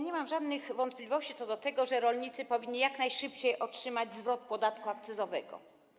Nie mam żadnych wątpliwości co do tego, że rolnicy powinni jak najszybciej otrzymać zwrot podatku akcyzowego.